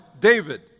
David